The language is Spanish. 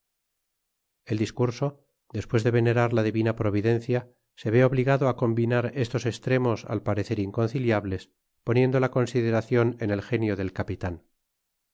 el discurso despues de venerar la divina providencia se ve obligado combinar estos estremos al parecer inconciliables poniendo la consideracion en el genio del capitan